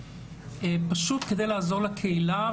פשוט כדי לעזור לקהילה.